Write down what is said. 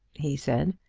he said,